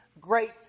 great